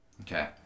Okay